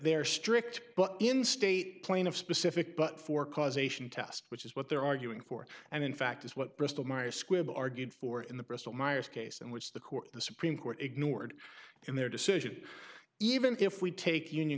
they're strict but in state plaintiff specific but for causation test which is what they're arguing for and in fact is what bristol myers squibb argued for in the bristol myers case and which the court the supreme court ignored in their decision even if we take the union